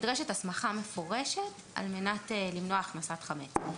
נדרשת הסמכה מפורשת על מנת למנוע הכנסת חמץ.